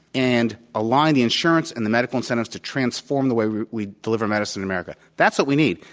and align the insurance and the medical incentives to transform the way we deliver medicine in america. that's what we need.